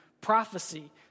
prophecy